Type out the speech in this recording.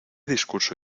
discurso